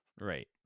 Right